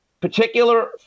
particular